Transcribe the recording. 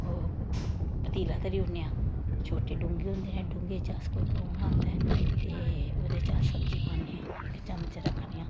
ओह् पतीला धरी ओड़ने आं छोटे डोंगे च अस कोई परौह्ना औंदा ऐ ते अस ओह्दे च सब्जी पान्ने आं इक चमच रक्खने आं